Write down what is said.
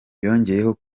yongeyeho